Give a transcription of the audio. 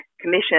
commission